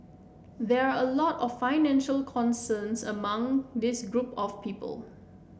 there are a lot of financial concerns among this group of people